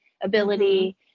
ability